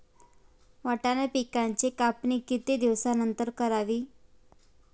वाटाणा पिकांची कापणी किती दिवसानंतर करावी?